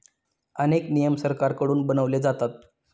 अनेक नियम सरकारकडून बनवले जातात